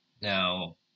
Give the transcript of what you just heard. Now